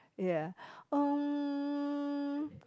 ya mm